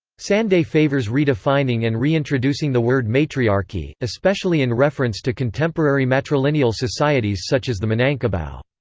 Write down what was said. sanday favors redefining and reintroducing the word matriarchy, especially in reference to contemporary matrilineal societies such as the minangkabau.